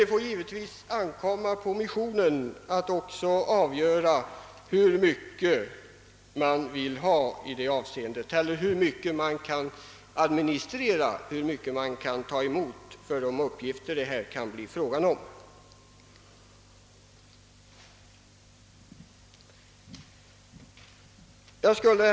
Det får dock ankomma på missionen att avgöra hur mycket man skall kunna ta emot för de uppgifter som det här kan bli fråga om. Herr talman!